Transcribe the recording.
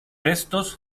restos